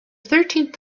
thirteenth